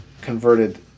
converted